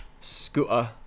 Scooter